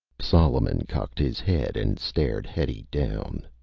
solomon cocked his head and stared hetty down.